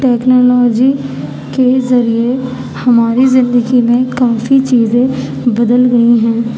technology کے ذریعے ہماری زندگی میں کافی چیزیں بدل گئی ہیں